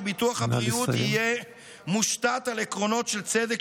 שביטוח הבריאות יהיה מושתת על עקרונות של צדק,